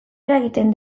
eragiten